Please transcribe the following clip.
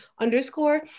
underscore